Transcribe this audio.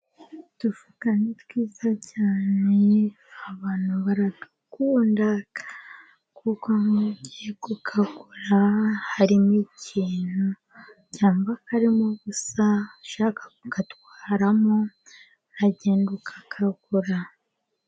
Udufuka ni twiza cyane abantu baradunda, kuko n'ugiye gukagura harimo ikintu cyangwa karimo ubusa ushaka kugatwaramo, uragenda ukakagura.